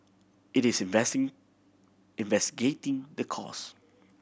it is investing investigating the cause